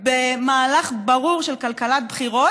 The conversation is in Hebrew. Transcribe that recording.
במהלך ברור של כלכלת בחירות,